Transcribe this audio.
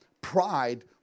pride